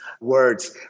words